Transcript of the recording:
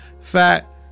fat